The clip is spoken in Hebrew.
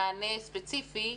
למענה ספציפי,